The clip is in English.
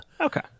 okay